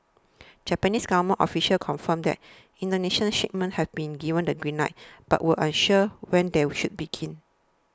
Japanese government officials confirmed that Indonesian shipments have been given the green light but were unsure when they would begin